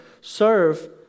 serve